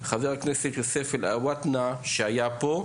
חבר הכנסת יוסף אלעטאונה שהיה פה.